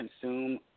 consume